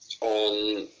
on